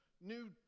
new